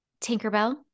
Tinkerbell